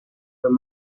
wenn